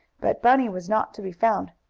but bunny was not to be found.